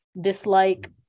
dislike